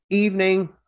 evening